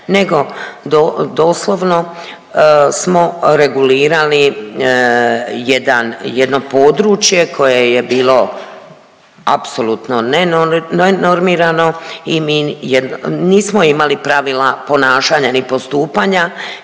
do…, doslovno smo regulirali jedan, jedno područje koje je bilo apsolutno ne normirano i mi nismo imali pravila ponašanja, ni postupanja